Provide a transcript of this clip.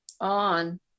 on